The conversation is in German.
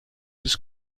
des